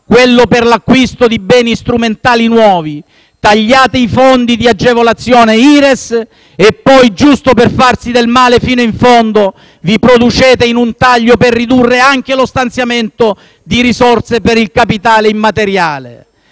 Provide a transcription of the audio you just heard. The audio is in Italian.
quello per l'acquisto di beni strumentali nuovi. Tagliate i fondi di agevolazione Ires e poi - giusto per farsi del male fino in fondo - vi producete in un taglio per ridurre anche lo stanziamento di risorse per il capitale immateriale.